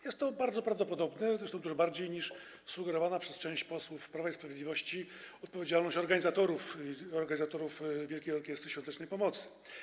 Jest to bardzo prawdopodobne, zresztą dużo bardziej niż sugerowana przez część posłów Prawa i Sprawiedliwości odpowiedzialność organizatorów Wielkiej Orkiestry Świątecznej Pomocy.